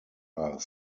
are